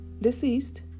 deceased